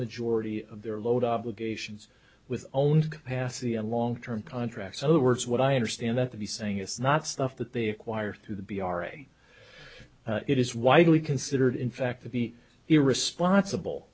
majority of their load obligations with owned passy and long term contracts so it works what i understand that to be saying it's not stuff that they acquire through the b r a it is widely considered in fact to be irresponsible